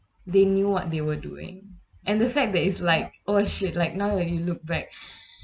they knew what they were doing and the fact that it's like oh shit like now when you look back